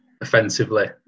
offensively